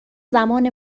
زمان